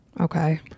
Okay